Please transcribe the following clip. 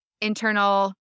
internal